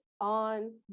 on